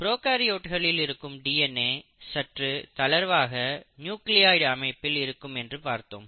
ப்ரோகாரியோட்களில் இருக்கும் டிஎன்ஏ சற்று தளர்வாக நியூக்ளியோய்டு அமைப்பில் இருக்கும் என்று பார்த்தோம்